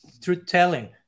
Truth-telling